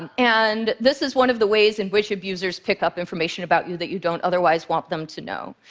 and and this is one of the ways in which abusers pick up information about you that you don't otherwise want them to know.